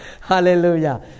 hallelujah